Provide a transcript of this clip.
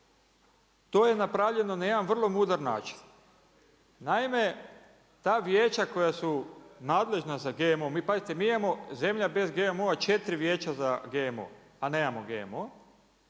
to je napravljeno na jedan mudar način. Naime, ta vijeća koja su nadležna za GMO, pazite mi imamo zemlja bez GMO-a četiri vijeća za GMO, a nemamo GMO